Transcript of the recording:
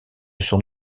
son